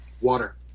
water